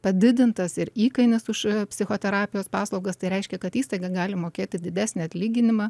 padidintas ir įkainis už psichoterapijos paslaugas tai reiškia kad įstaiga gali mokėti didesnį atlyginimą